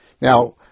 Now